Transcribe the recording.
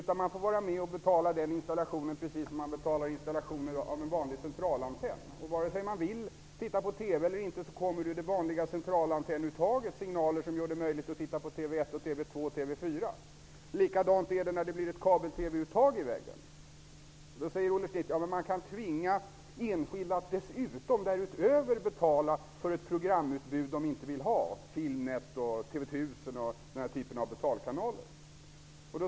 Man får vara med och betala den installationen, precis som man får vara med och betala installation av en vanlig centralantenn. Vare sig man vill titta på TV eller inte kommer det ur det vanliga centralantennuttaget signaler som gör det möjligt att titta på TV 1, TV 2 och TV 4. Likadant blir det när det kommer ett kabel-TV-uttag i väggen. Då säger Olle Schmidt att man kan tvinga enskilda att därutöver betala för ett programutbud som de inte vill ha -- Filmnet, TV 1000 och den typen av betalkanaler.